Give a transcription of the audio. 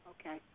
Okay